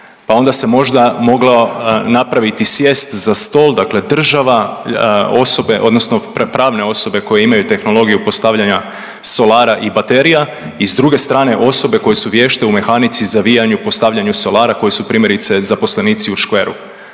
pa onda se možda moglo napraviti, sjest za stol, dakle država, osobe odnosno pravne osobe koje imaju tehnologiju postavljanja solara i baterija i s druge strane osobe koje su vješte u mehanici i zavijanju i postavljanju solara koji su primjerice zaposlenici u škveru.